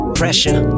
pressure